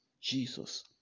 Jesus